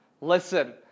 Listen